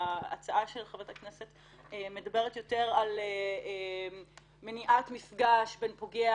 ההצעה של חברת הכנסת לוי אבקסיס מדברת יותר על מניעת מפגש בין פוגע